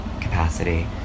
capacity